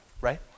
Right